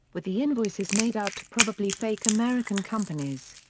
with the invoices made out to probably fake american companies.